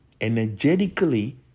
energetically